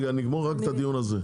נגמור רק את הדיון הזה.